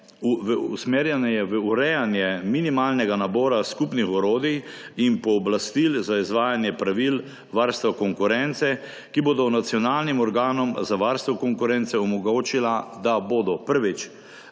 Usmerjena je v urejanje minimalnega nabora skupnih orodij in pooblastil za izvajanje pravil varstva konkurence, ki bodo nacionalnim organom za varstvo konkurence omogočila, da bodo, prvič,